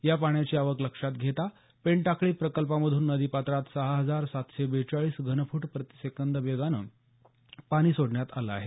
या पाण्याची आवक लक्षात घेता पेनटाकळी प्रकल्पामधून नदीपात्रात सहा हजार सातशे बेचाळीस घनफूट प्रतिसेकंद वेगानं पाणी सोडण्यात आलं आहे